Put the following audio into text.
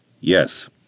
Yes